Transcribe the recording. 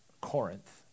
Corinth